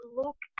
look